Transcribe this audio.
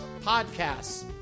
podcasts